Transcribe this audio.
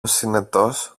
συνετός